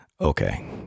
Okay